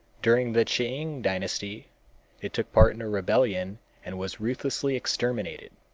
during the ch'ing dynasty it took part in a rebellion and was ruthlessly exterminated.